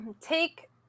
take